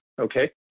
Okay